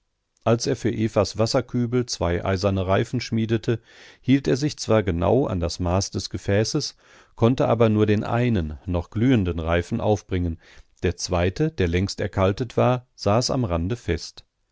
als er für evas wasserkübel zwei eiserne reifen schmiedete hielt er sich zwar genau an das maß des gefäßes konnte aber nur den einen noch glühenden reifen aufbringen der zweite der längst erkaltet war saß am rande fest